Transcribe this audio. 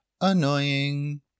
annoying